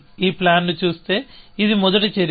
మీరు ఈ ప్లాన్ ను చూస్తే ఇది మొదటి చర్య